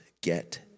get